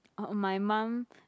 orh oh my mum